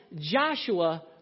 Joshua